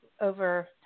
over